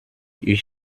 ich